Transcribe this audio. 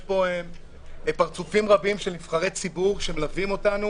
פה פרצופים רבים של נבחרי ציבור שמלווים אותנו